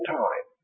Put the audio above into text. time